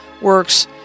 works